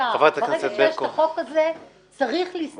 ברגע שיש את החוק הזה צריך להסתמך עליו.